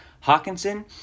Hawkinson